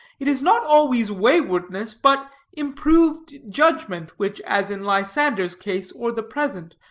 it is not always waywardness, but improved judgment, which, as in lysander's case, or the present,